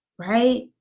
Right